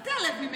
אל תיעלב ממני.